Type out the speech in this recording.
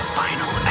final